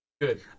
Good